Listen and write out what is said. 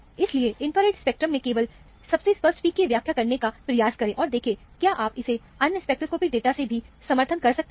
इसलिए infrared spectrum में केवल सबसे स्पष्ट पिक की व्याख्या करने का प्रयास करें और देखें क्या आप इसे अन्य स्पेक्ट्रोस्कोपिक डेटा से भी समर्थन कर सकते हैं